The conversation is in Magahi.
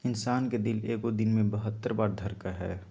इंसान के दिल एगो दिन मे बहत्तर बार धरकय हइ